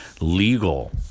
legal